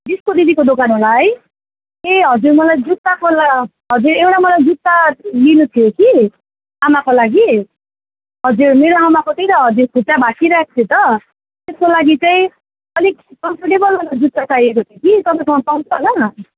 बिचको दिदीको दोकान होला है ए हजुर मलाई जुत्ताको ला हजुर एउटा मलाई जुत्ता लिनु थियो कि आमाको लागि हजुर मेरो आमाको त्यही त खुट्टा भाँचिरहेको थियो त त्यसको लागि चाहिँ अलिक कम्फोर्टेबलवाला जुत्ता चाहिएको थियो कि तपाईँकोमा पाउँछ होला